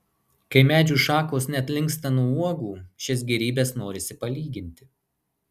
kai medžių šakos net linksta nuo uogų šias gėrybes norisi palyginti